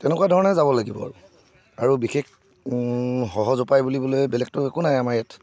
তেনেকুৱা ধৰণে যাব লাগিব আৰু আৰু বিশেষ সহজ উপায় বুলিবলৈ বেলেগতো একো নাই আমাৰ ইয়াত